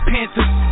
Panthers